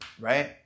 right